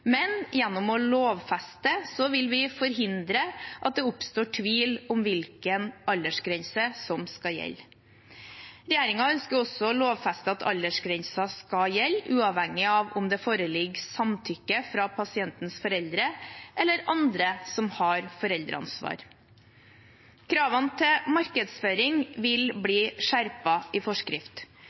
men gjennom å lovfeste dette vil vi forhindre at det oppstår tvil om hvilken aldersgrense som skal gjelde. Regjeringen ønsker også å lovfeste at aldersgrensen skal gjelde uavhengig av om det foreligger samtykke fra pasientens foreldre eller andre som har foreldreansvar. Kravene til markedsføring vil bli skjerpet i forskrift.